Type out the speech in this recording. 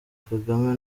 kagame